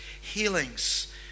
healings